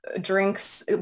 drinks